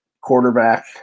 quarterback